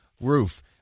roof